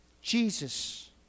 Jesus